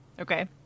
Okay